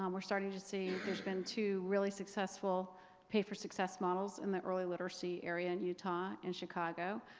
um we're starting to see there's been two really successful pay-for-success models in the early literacy area in utah, in chicago.